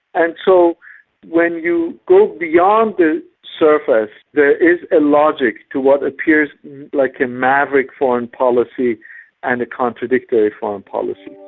and so when you go beyond the surface, there is a logic to what appears like a maverick foreign policy and a contradictory foreign policy.